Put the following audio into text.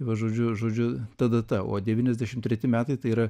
va žodžiu žodžiu ta data o devyniasdešim treti metai tai yra